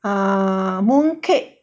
ah mooncake